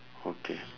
okay